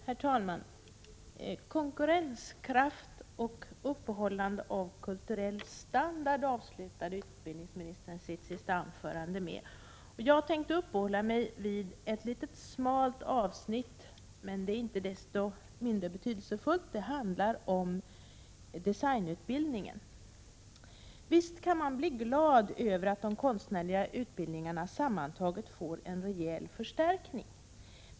Herr talman! Utbildningsministern avslutade sitt sista anförande med att 26 maj 1987 tala om konkurrenskraft och upprätthållande av kulturell standard. Jag tänkte uppehålla mig vid ett litet och smalt, men inte desto mindre betydelsefullt, avsnitt. Det handlar om designutbildningen. Visst kan man bli glad över att de konstnärliga utbildningarna sammantaget får en rejäl förstärkning.